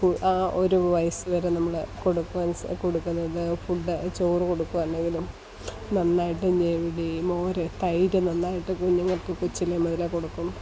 കു ഒരു വയസ്സ് വരെ നമ്മൾ കൊടുക്കുവാൻ സാ കൊടുക്കുന്നത് ഫുഡ് ചോറ് കൊടുക്കുക എന്തെങ്കിലും നന്നായിട്ട് ഞവടി മോര് തൈര് നന്നായിട്ട് കുഞ്ഞുങ്ങൾക്ക് കൊച്ചിലേ മുതലേ കൊടുക്കും